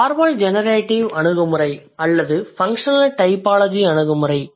formal generative அணுகுமுறை அல்லது functional typology அணுகுமுறை